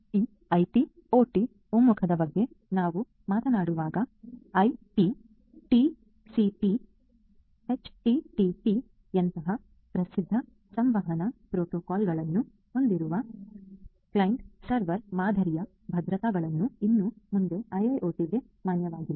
ಈ IT OT ಒಮ್ಮುಖದ ಬಗ್ಗೆ ನಾವು ಮಾತನಾಡುವಾಗ ಐಪಿ ಟಿಸಿಪಿ ಎಚ್ಟಿಟಿಪಿ ಯಂತಹ ಪ್ರಸಿದ್ಧ ಸಂವಹನ ಪ್ರೋಟೋಕಾಲ್ಗಳನ್ನು ಹೊಂದಿರುವ ಕ್ಲೈಂಟ್ ಸರ್ವರ್ ಮಾದರಿಯ ಭದ್ರತಾಗಳು ಇನ್ನು ಮುಂದೆ ಐಐಒಟಿಗೆ ಮಾನ್ಯವಾಗಿಲ್ಲ